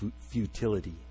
futility